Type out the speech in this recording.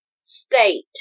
state